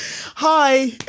Hi